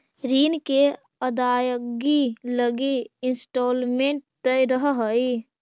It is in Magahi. ऋण के अदायगी लगी इंस्टॉलमेंट तय रहऽ हई